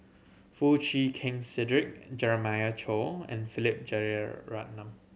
Foo Chee Keng Cedric Jeremiah Choy and Philip Jeyaretnam